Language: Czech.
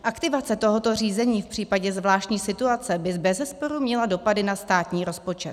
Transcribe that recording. Aktivace tohoto řízení v případě zvláštní situace by bezesporu měla dopady na státní rozpočet.